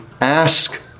ask